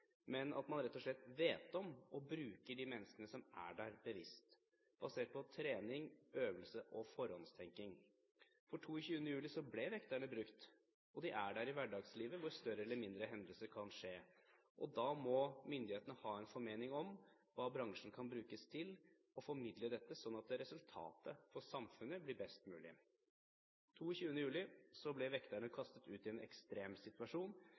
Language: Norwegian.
men ved at man rett og slett vet om og bruker de menneskene som er der, bevisst, basert på trening, øvelse og forhåndstenking. 22. juli 2011 ble vekterne brukt. De er der i hverdagslivet når større eller mindre hendelser kan skje. Da må myndighetene ha en formening om hva bransjen kan brukes til, og formidle dette slik at resultatet for samfunnet blir best mulig. 22. juli ble vekterne kastet ut i en ekstrem situasjon.